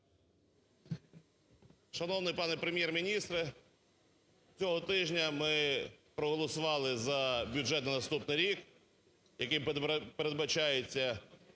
Шановний пане Прем'єр-міністре, цього тижня ми проголосували за бюджет на наступний рік, яким передбачається